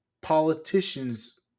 politicians